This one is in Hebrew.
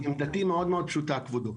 עמדתי היא מאוד מאוד פשוטה, כבודו.